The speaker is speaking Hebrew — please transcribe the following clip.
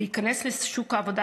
להיכנס לשוק העבודה,